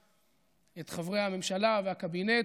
את חברי הממשלה והקבינט,